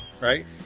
Right